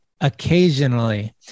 occasionally